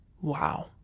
wow